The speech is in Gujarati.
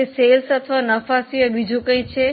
શું વેચાણ અથવા નફા સિવાય બીજું કંઈ છે